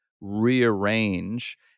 rearrange